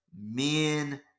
men